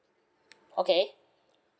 okay